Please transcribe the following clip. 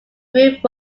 group